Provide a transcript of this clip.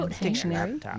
Dictionary